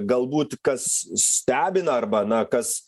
galbūt kas stebina arba na kas